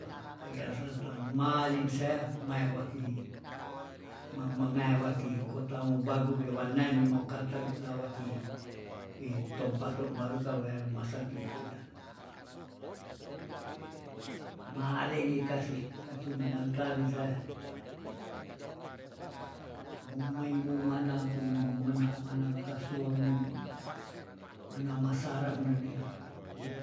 Pa ayasa tanemalin sea mae wakihi, mang- mengea wakihi kotamobagu wewalna nimokat telu lawaki tompaso baru kawea rumah saki butulah. marenge kasi kakei minantaring seah, mo mei mo manang kei me- mena manangka suang neneih mana masarang nenei oh